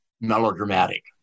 melodramatic